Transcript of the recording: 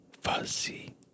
fuzzy